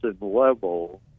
level